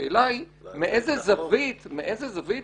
השאלה היא מאיזה זווית אתם